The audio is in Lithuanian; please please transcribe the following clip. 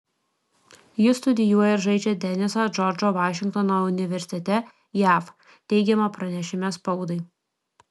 jis studijuoja ir žaidžia tenisą džordžo vašingtono universitete jav teigiama pranešime spaudai